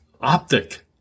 optic